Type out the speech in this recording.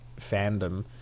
fandom